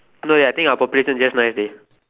no eh I think our population just nice dey